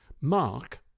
mark